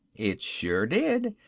it sure did.